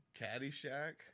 Caddyshack